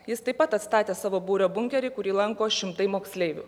jis taip pat atstatė savo būrio bunkerį kurį lanko šimtai moksleivių